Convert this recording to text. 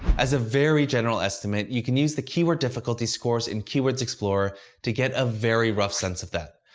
as a very general estimate, you can use the keyword difficulty scores in keywords explorer to get a very rough sense of that,